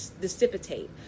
dissipate